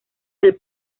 del